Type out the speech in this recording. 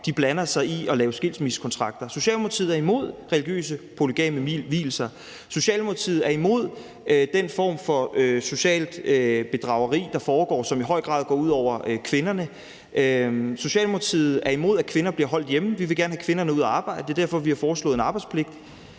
blander sig i at lave skilsmissekontrakter. Socialdemokratiet er imod religiøse polygame vielser. Socialdemokratiet er imod den form for socialt bedrageri, der foregår, som i høj grad går ud over kvinderne. Socialdemokratiet er imod, at kvinder bliver holdt hjemme; vi vil gerne have kvinderne ud at arbejde. Det er derfor, vi har foreslået en arbejdspligt.